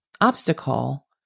obstacle